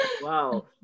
Wow